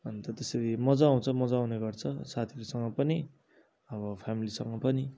अन्त त्यसरी मजा आउँछ मजा आउने गर्छ साथीहरूसँग पनि अब फ्यामिलीसँग पनि